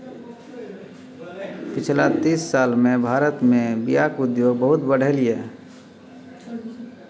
पछिला तीस साल मे भारत मे बीयाक उद्योग बहुत बढ़लै यै